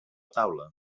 taula